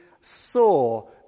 saw